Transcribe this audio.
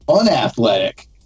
unathletic